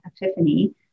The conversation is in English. epiphany